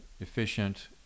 efficient